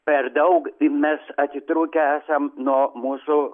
per daug mes atitrūkę esam nuo mūsų